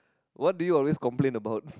what do you always complain about